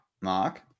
Mark